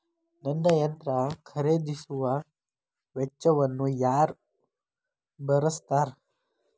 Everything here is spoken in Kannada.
ನನ್ನ ಯಂತ್ರ ಖರೇದಿಸುವ ವೆಚ್ಚವನ್ನು ಯಾರ ಭರ್ಸತಾರ್?